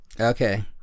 Okay